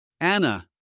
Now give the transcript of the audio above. Anna